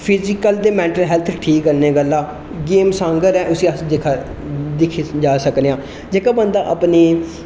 physical ते mental health ठीक करने गल्ला गेम्स आंह्ङर ऐ उसी अस दिक्खी सकने आं जेहका बंदा अपनी